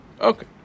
Okay